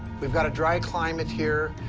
we've got a dry climate here.